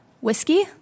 Whiskey